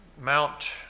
Mount